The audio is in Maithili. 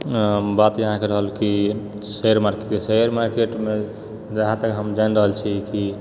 बात इहाँके रहल कि शेयर मारकेट शेयरमार्केटमे जहाँ तक हम जानि रहल छी कि